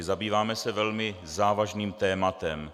Zabýváme se velmi závažným tématem.